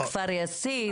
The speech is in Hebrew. כפר יאסיף,